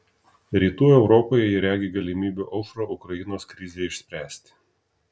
rytų europoje ji regi galimybių aušrą ukrainos krizei išspręsti